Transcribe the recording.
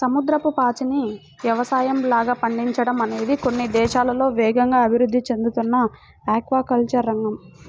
సముద్రపు పాచిని యవసాయంలాగా పండించడం అనేది కొన్ని దేశాల్లో వేగంగా అభివృద్ధి చెందుతున్న ఆక్వాకల్చర్ రంగం